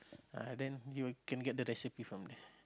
ah then you will can get the recipe from there